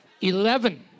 eleven